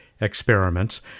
experiments